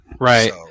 right